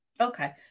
Okay